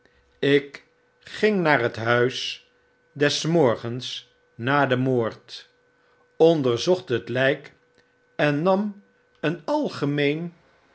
ik ging naar het huis des morgens na den moord onderzocht het lyk en nam een algemeen